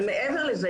אבל מעבר לזה,